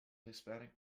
hispanic